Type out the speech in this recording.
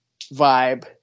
vibe